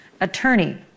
Attorney